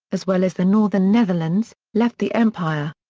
as well as the northern netherlands, left the empire.